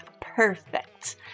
Perfect